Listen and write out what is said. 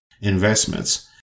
investments